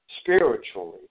spiritually